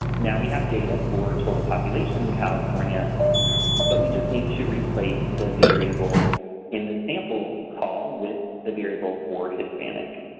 now we have data for total population in california but we just need to replace the variable in the sample call, with the variable for hispanic.